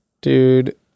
Dude